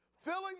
filling